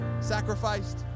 sacrificed